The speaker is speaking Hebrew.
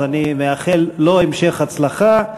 אז אני מאחל לו המשך הצלחה,